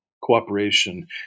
cooperation